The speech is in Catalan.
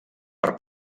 per